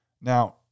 Now